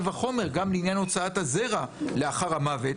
וחומר גם לעניין הוצאת הזרע לאחר המוות.